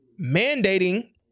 mandating